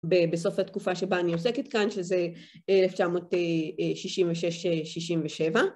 בסוף התקופה שבה אני עוסקת כאן, שזה 1966-67.